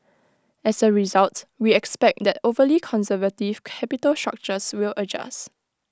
as A result we expect that overly conservative capital structures will adjust